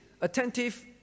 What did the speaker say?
attentive